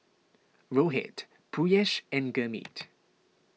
Rohit Peyush and Gurmeet